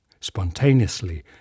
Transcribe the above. spontaneously